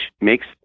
makes